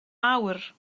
awr